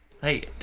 Hey